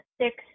six